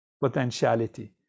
potentiality